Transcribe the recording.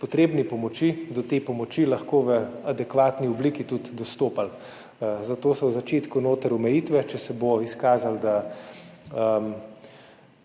potrebni pomoči, do te pomoči lahko v adekvatni obliki tudi dostopali. Zato so na začetku notri omejitve, če se bo izkazalo, da